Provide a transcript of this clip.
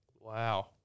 Wow